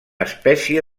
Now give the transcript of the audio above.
espècie